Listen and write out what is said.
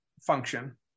function